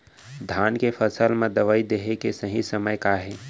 धान के फसल मा दवई देहे के सही समय का हे?